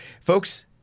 Folks